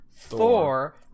Thor